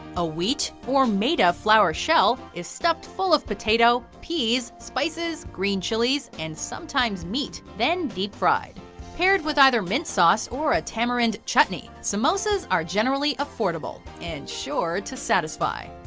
a wheat or maida flour shell is stuffed full of potato, peas, spices, green chillies and sometimes meat, then deep-fried, paired with either mint sauce or a tamarind chutney, samosas are generally affordable, and sure to satisfy.